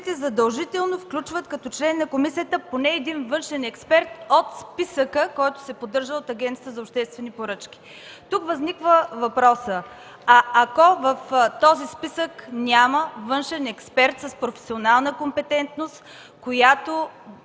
възложителите задължително включват като член на комисията на един външен експерт от списъка, който се поддържа от Агенцията за обществени поръчки. Тук възниква въпросът: а ако в този списък няма външен експерт с професионална компетентност, която